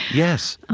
yes,